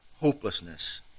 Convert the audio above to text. hopelessness